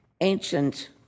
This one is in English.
ancient